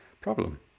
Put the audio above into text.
problem